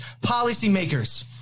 policymakers